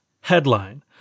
Headline